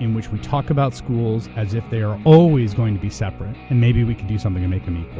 in which we talk about schools as if they are always going to be separate, and maybe we could do something to and make them equal.